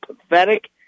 pathetic